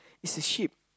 is the sheep